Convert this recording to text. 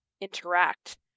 interact